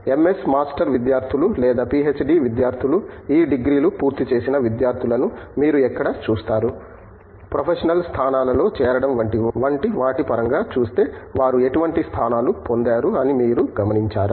MS master విద్యార్థులు లేదా PhD విద్యార్థులు ఈ డిగ్రీలు పూర్తిచేసిన విద్యార్థులను మీరు ఎక్కడ చూస్తారు ప్రొఫెషనల్ స్థానాలలో చేరడం వంటి వాటి పరంగా చూస్తే వారు ఎటువంటి స్థానాలు పొందారు అని మీరు గమనించారా